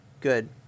Good